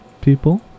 people